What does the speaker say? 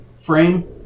frame